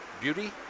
beauty